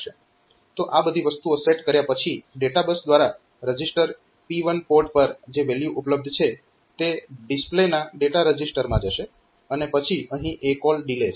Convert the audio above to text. તો આ બધી વસ્તુઓ સેટ કર્યા પછી ડેટાબસ દ્વારા રજીસ્ટર P1 પોર્ટ પર જે વેલ્યુ ઉપલબ્ધ છે તે ડિસ્પ્લેના ડેટા રજીસ્ટરમાં જશે અને પછી અહીં ACALL DELY છે